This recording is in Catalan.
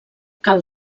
cal